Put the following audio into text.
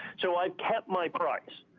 so, i kept my price.